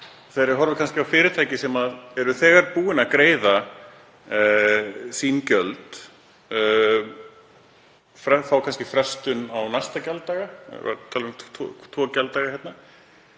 Þegar við horfum á fyrirtæki sem eru þegar búin að greiða sín gjöld, fá kannski frestun á næsta gjalddaga, ef við tölum um tvo gjalddaga hérna,